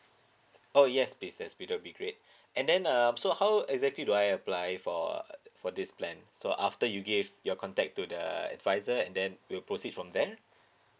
oh yes please that's be that'll be great and then um so how exactly do I apply for uh for this plan so after you give your contact to the advisor and then we'll proceed from there